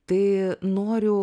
tai noriu